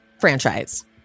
franchise